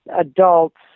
Adults